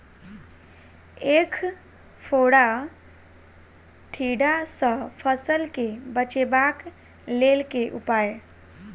ऐंख फोड़ा टिड्डा सँ फसल केँ बचेबाक लेल केँ उपाय?